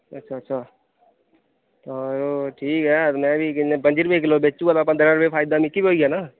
अच्छा अच्छा तां जरो ठीक ऐ में बी किन्ना पंजी रपेऽ किल्लो बेची ओड़गा तां पंदरा रपेऽ फायदा मिकी बी होई जाना